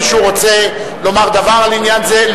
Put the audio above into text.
מישהו רוצה לומר דבר על עניין זה?